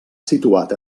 situat